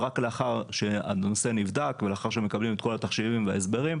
ורק לאחר שהנושא נבדק ולאחר שמקבלים את כל התחשיבים וההסברים,